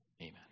Amen